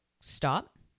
stop